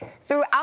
throughout